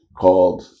called